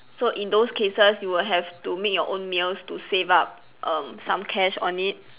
so in those cases you will have to make your own meals to save up um some cash on it